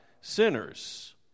sinners